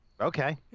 Okay